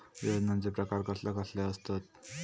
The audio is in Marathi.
योजनांचे प्रकार कसले कसले असतत?